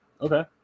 Okay